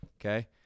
okay